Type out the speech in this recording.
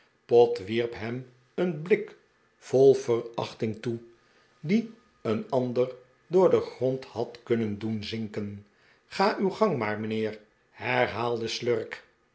pott wierp hem een blik vol verachting toe die een ander door den grond had kun nen doen zinken ga uw gang maar mijnheer herhaalde slurk